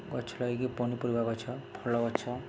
ଗଛ ଲଗାଇକି ପନିପରିବା ଗଛ ଫଳ ଗଛ